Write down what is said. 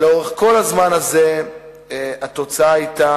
לאורך כל הזמן הזה התוצאה היתה